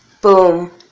Boom